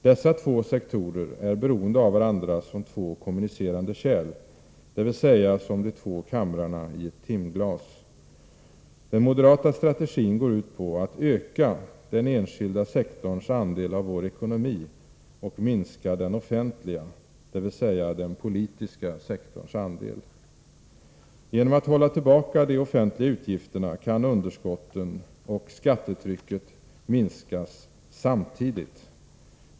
Dessa två sektorer är beroende av varandra som två kommunicerande kärl, dvs. som de två kamrarnaii ett timglas. Den moderata strategin går ut på att öka den enskilda sektorns andel av vår ekonomi och minska den offentliga, dvs. den politiska, sektorns andel. Genom att de offentliga utgifterna hålls tillbaka kan underskotten och skattetrycket minska samtidigt.